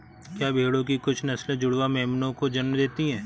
क्या भेड़ों की कुछ नस्लें जुड़वा मेमनों को जन्म देती हैं?